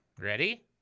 Ready